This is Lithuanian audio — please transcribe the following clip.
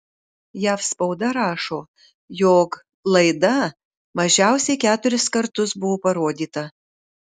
jav spauda rašo jog laida mažiausiai keturis kartus buvo parodyta